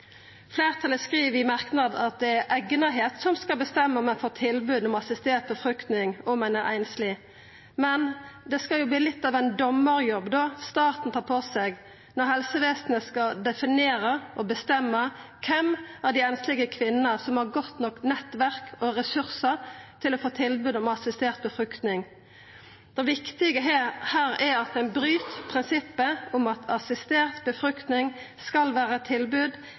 Fleirtalet skriv i ein merknad at det er «egnethet» som skal bestemma om ein får tilbod om assistert befruktning om ein er einsleg, men det skal jo verta litt av ein dommarjobb staten tar på seg når helsevesenet skal definera og bestemma kven av dei einslege kvinnene som har godt nok nettverk og ressursar til å få tilbod om assistert befruktning. Det viktige her er at ein bryt med prinsippet om at assistert befruktning skal vera eit tilbod